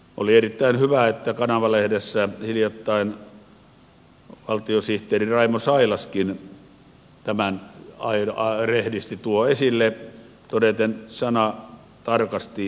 oli erittäin hyvä että kanava lehdessä hiljattain valtiosihteeri raimo sailaskin tämän rehdisti tuo esille todeten sanatarkasti